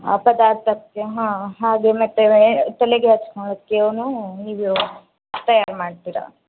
ಪದಾರ್ಥಕ್ಕೆ ಹಾಂ ಹಾಗೆ ಮತ್ತೆ ತಲೆಗೆ ಹಚ್ಕೊಳ್ಳಕ್ಕೆನೂ ಇದು ತಯಾರು ಮಾಡ್ತೀರಾ